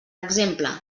exemple